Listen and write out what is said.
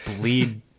bleed